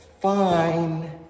fine